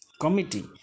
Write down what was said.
Committee